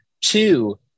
two